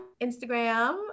Instagram